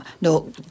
no